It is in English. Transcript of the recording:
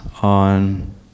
on